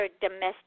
domestic